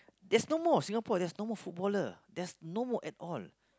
there's no more Singapore there's no more footballer there's no more at all